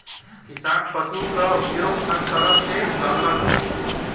किसान पसु क उपयोग हर तरह से करलन